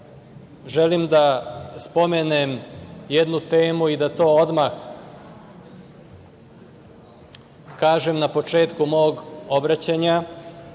želim da spomenem jednu temu i da to odmah kažem na početku mog obraćanja,